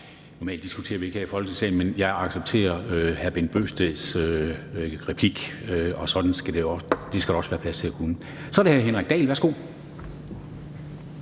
Normalt diskuterer vi ikke her i Folketingssalen, men jeg accepterer hr. Bent Bøgsteds replik, og det skal der også være plads til at kunne. Så er det hr. Henrik Dahl. Værsgo.